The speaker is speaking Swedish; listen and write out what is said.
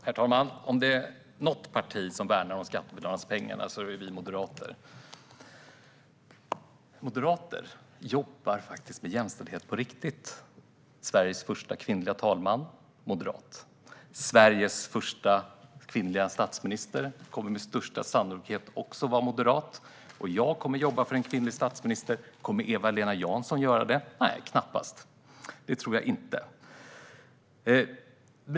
Herr talman! Om det är något parti som värnar om skattebetalarnas pengar är det vi moderater. Moderater jobbar faktiskt med jämställdhet på riktigt. Sveriges första kvinnliga talman var moderat. Sveriges första kvinnliga statsminister kommer med största sannolikhet också att vara moderat, och jag kommer att jobba för en kvinnlig statsminister. Kommer Eva-Lena Jansson att göra det? Nej, knappast. Det tror jag inte.